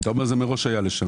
אתה אומר שמראש זה היה לשנה.